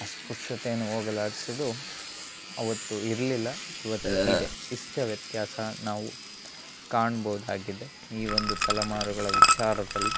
ಅಸ್ಪ್ರಶ್ಯತೆಯನ್ನು ಹೋಗಲಾಡಿಸೋದು ಅವತ್ತು ಇರಲಿಲ್ಲ ಇವತ್ತು ಇದೆ ಇಷ್ಟೆ ವ್ಯತ್ಯಾಸ ನಾವು ಕಾಣ್ಬೋದಾಗಿದೆ ಈ ಒಂದು ತಲೆಮಾರುಗಳ ವಿಚಾರದಲ್ಲಿ